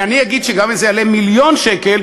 ואני אגיד שגם אם זה יעלה מיליון שקל,